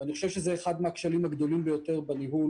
ואני חושב שזה אחד מהכשלים הגדולים ביותר בניהול